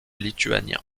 lituanien